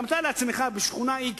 אתה מתאר לעצמך שבשכונה x,